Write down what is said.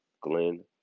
Glenn